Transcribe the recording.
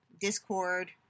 Discord